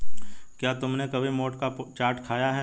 क्या तुमने कभी मोठ का चाट खाया है?